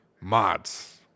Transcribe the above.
mods